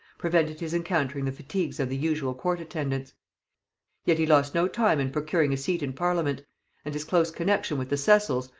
prevented his encountering the fatigues of the usual court attendance yet he lost no time in procuring a seat in parliament and his close connexion with the cecils,